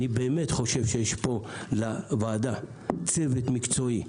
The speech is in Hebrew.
אני באמת חושב שיש לוועדה צוות מקצועי,